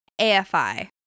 AFI